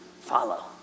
follow